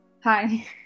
Hi